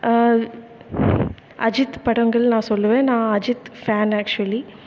அஜித் படங்கள் நான் சொல்லுவேன் நான் அஜித் ஃபேன் ஆக்ச்சுவலி